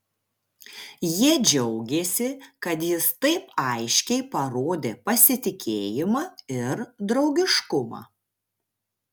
jie džiaugėsi kad jis taip aiškiai parodė pasitikėjimą ir draugiškumą